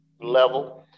level